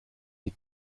die